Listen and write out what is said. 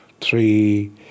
three